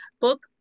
Book